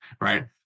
right